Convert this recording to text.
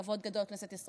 כבוד גדול לכנסת.